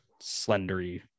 slendery